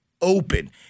open